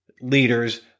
leaders